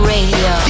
Radio